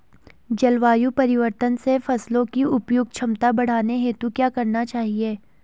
जलवायु परिवर्तन से फसलों की उत्पादन क्षमता बढ़ाने हेतु क्या क्या करना चाहिए?